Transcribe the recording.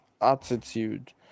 attitude